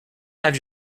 have